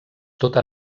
tota